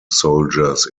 soldiers